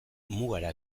mugara